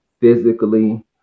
physically